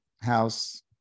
house